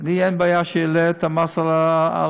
לי אין בעיה שיעלה את המס על העישון,